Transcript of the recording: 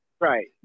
Right